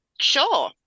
Sure